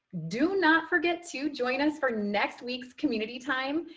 do not forget to join us for next week's community time.